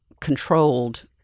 controlled